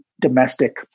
domestic